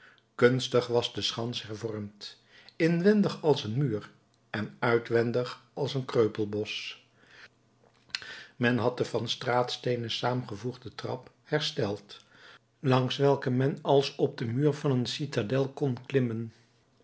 kunstig was de schans hervormd inwendig als een muur en uitwendig als een kreupelbosch men had de van straatsteenen saamgevoegde trap hersteld langs welke men als op den muur van een citadel kon klimmen